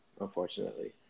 unfortunately